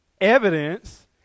Evidence